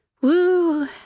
Woo